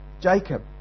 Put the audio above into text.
Jacob